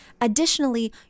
additionally